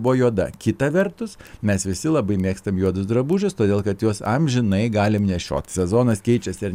buvo juoda kita vertus mes visi labai mėgstam juodus drabužius todėl kad juos amžinai galim nešiot sezonas keičiasi ir